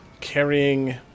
carrying